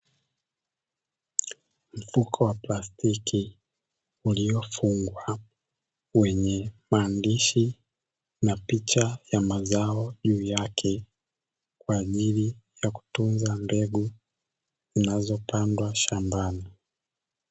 Mfuko wa plastiki uliofungwa wenye maandishi na picha ya mazao juu yake, kwa ajili ya kutunza mbegu zinazopandwa shambani.